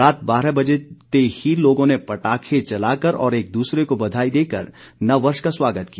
रात बारह बजते ही लोगों ने पटाखे चलाकर और एक दूसरे को बधाई देकर नव वर्ष का स्वागत किया